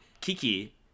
Kiki